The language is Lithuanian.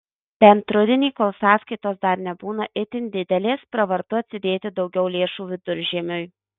bent rudenį kol sąskaitos dar nebūna itin didelės pravartu atsidėti daugiau lėšų viduržiemiui